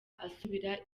asubira